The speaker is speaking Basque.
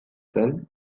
zen